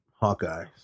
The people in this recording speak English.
Hawkeye